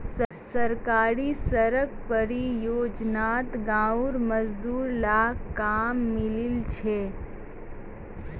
सरकारी सड़क परियोजनात गांउर मजदूर लाक काम मिलील छ